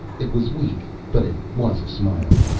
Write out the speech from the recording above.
it was weak, but it was a smile.